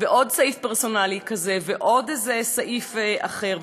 ועוד סעיף פרסונלי כזה ועוד איזה סעיף אחר?